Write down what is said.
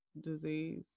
disease